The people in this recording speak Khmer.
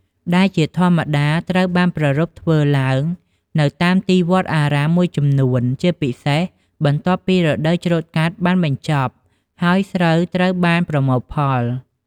ដែលជាធម្មតាត្រូវបានប្រារព្ធឡើងនៅតាមទីវត្តអារាមមួយចំនួន ជាពិសេស បន្ទាប់ពីរដូវច្រូតកាត់បានបញ្ចប់ ហើយស្រូវត្រូវបានប្រមូលផល។